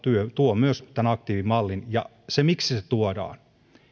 tuo myös tämän aktiivimallin sille miksi se se tuodaan